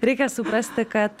reikia suprasti kad